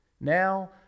now